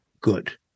good